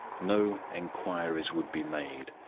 no inquiries would be made.